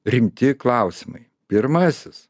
rimti klausimai pirmasis